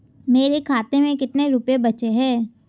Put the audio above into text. मेरे खाते में कितने रुपये बचे हैं?